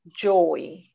joy